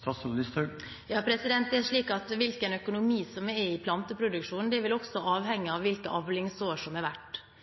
Hvilken økonomi som er i planteproduksjonen, vil også avhenge av hvilket avlingsår som